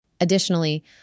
Additionally